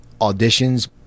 auditions